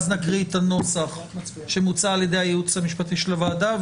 ואז נקריא את הנוסח שמוצע על ידי הייעוץ המשפטי של הוועדה,